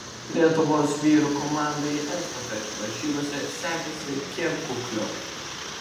lietuvos vyrų komandai estafečių varžybose sekėsi kiek kukliau